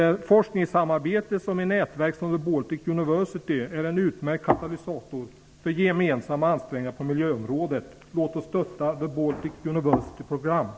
Ett forskningssamarbete i nätverk, såsom i Baltic University, är en utmärkt katalysator för gemensamma ansträngningar på miljöområdet. Låt oss stödja the Baltic University Programme!